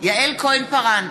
יעל כהן-פארן,